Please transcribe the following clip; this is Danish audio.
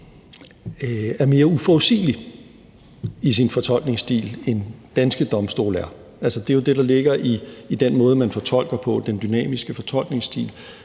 er mere uforudsigelig i sin fortolkningsstil, end danske domstole er. Det er jo det, der ligger i den måde, man fortolker på, nemlig den dynamiske fortolkningsstil,